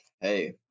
hey